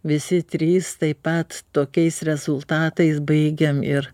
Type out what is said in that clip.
visi trys taip pat tokiais rezultatais baigėm ir